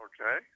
Okay